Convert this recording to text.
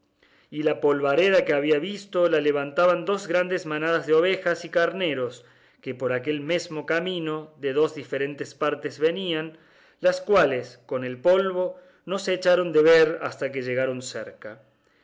y la polvareda que había visto la levantaban dos grandes manadas de ovejas y carneros que por aquel mesmo camino de dos diferentes partes venían las cuales con el polvo no se echaron de ver hasta que llegaron cerca